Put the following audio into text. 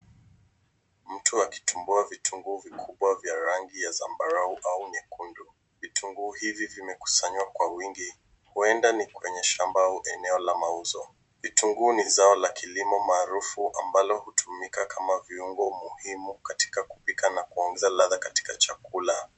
Mtu akichimbua vitunguu vikubwa vya rangi ya zambarau au nyekundu. Vitunguu hivi vimekusanywa kwa wingi, huenda ni kwenye shamba au eneo la mauzo. Vitunguu ni zao la kilimo maarufu ambalo hutumika kama viungo muhimu katika kupika na kuongeza ladha katika chakula.